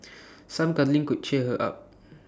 some cuddling could cheer her up